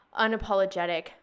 unapologetic